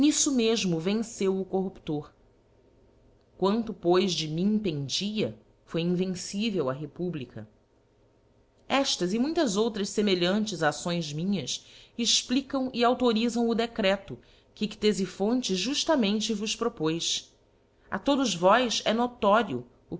n'iíro mefmo venceu o coitlz pior quanto pois de mim pendia foi invencivel a republica eftas e muitas outras semelhantes acções minhas explicam e audorifam o decreto que cieííphonte juftamente vos propoz a todos vós é notório